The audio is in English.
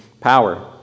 power